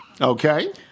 Okay